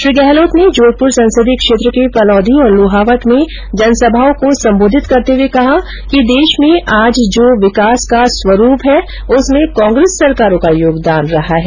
श्री गहलोत ने जोधपुर संसदीय क्षेत्र के फलौदी तथा लोहावट में जनसभाओं को सम्बोधित करते हुए कहा कि देश में आज जो विकास का स्वरूप है उसमें कांग्रेस सरकारों का योगदान रहा है